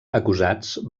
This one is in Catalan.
acusats